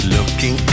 Looking